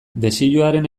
desioaren